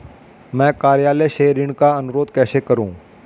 मैं कार्यालय से ऋण का अनुरोध कैसे करूँ?